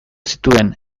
zituen